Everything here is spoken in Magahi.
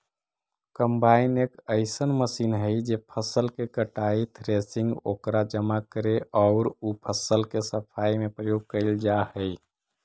कम्बाइन एक अइसन मशीन हई जे फसल के कटाई, थ्रेसिंग, ओकरा जमा करे औउर उ फसल के सफाई में प्रयोग कईल जा हई